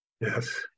Yes